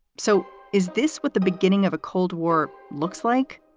so is this with the beginning of a cold war? looks like.